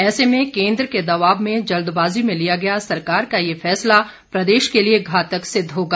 ऐसे में केन्द्र के दबाव में जल्दबाजी में लिया गया सरकार का ये फैसला प्रदेश के लिए घातक सिद्ध होगा